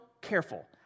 careful